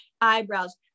eyebrows